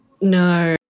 No